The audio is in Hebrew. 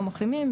לא מחלימים,